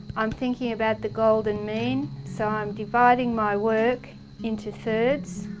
i'm thinking about the golden mean so i'm dividing my work into thirds